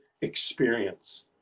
experience